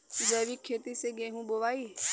जैविक खेती से गेहूँ बोवाई